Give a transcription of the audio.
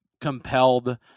compelled